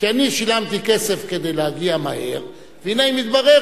כי אני שילמתי כסף כדי להגיע מהר והנה התברר